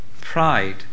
pride